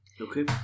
Okay